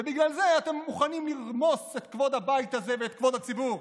ובגלל זה אתם מוכנים לרמוס את כבוד הבית הזה ואת כבוד הציבור.